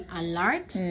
alert